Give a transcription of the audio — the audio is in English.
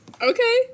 Okay